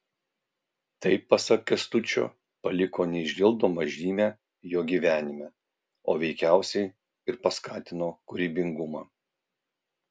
tai pasak kęstučio paliko neišdildomą žymę jo gyvenime o veikiausiai ir paskatino kūrybingumą